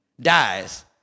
Dies